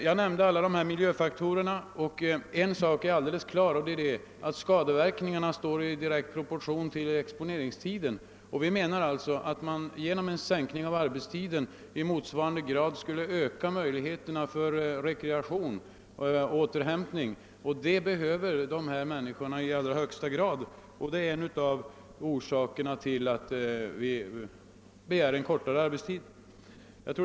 Jag nämnde miljöfaktorerna, och en sak är alldeles klar: skadeverkningarna står i direkt proportion till exponeringstiden. Vi menar alltså att man genom en sänkning av arbetstiden i motsvarande grad skulle öka möjligheterna för den rekreation som dessa människor i högsta grad behöver. Detta är en av anledningarna till att vi begär kortare arbetstid.